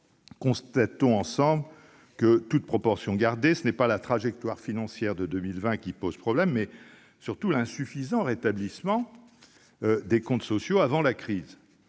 constatons ensemble que, toutes proportions gardées, ce n'est pas la trajectoire financière de 2020 qui pose problème, mais surtout l'insuffisant rétablissement des comptes sociaux avant la crise.